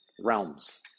realms